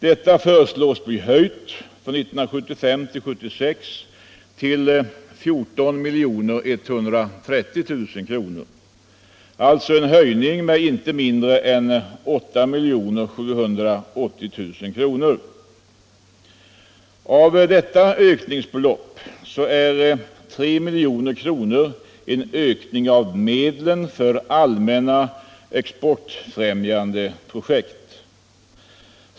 Detta föreslås för 1975/76 bli höjt till 14 130 000 kr., en höjning således med icke mindre än 8 780 000 kr. Av detta ökningsbelopp är 3 000 000 kr. en ökning av medlen till allmänna exportfrämjande projekt.